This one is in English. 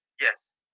Yes